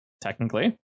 Technically